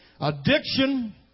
Addiction